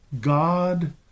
God